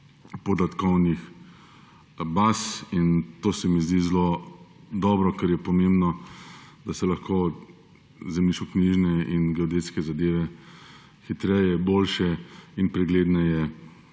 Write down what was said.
podatkovnih baz, kar se mi zdi zelo dobro, ker je pomembno, da se lahko zemljiškoknjižne in geodetske zadeve hitreje, boljše in pregledneje